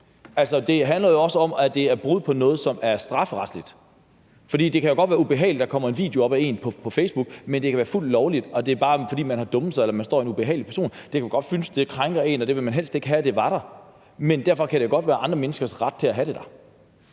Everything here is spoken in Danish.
Det handler jo også om, at det er brud på noget, som er strafferetsligt. Det kan jo godt være ubehageligt, at der kommer en video op af en på Facebook, men det kan være fuldt lovligt. Man har måske bare dummet sig eller står i en ubehagelig situation, og det kan godt føles, som om det krænker en, og man ville helst ikke have, at det var der, men det kan jo alligevel godt være andre menneskers ret at have det dér.